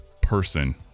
person